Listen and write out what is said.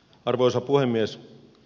arvoisa puhemies